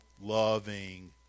loving